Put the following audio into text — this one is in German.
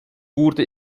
wurde